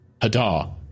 Hadar